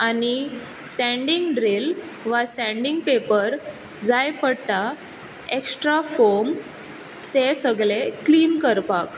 आनी sanding drill वा sanding paper जाय पडटा एकश्ट्रा फोम ते सगले क्लिन करपाक